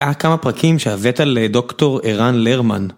היה כמה פרקים שהבאת על דוקטור ערן לרמן.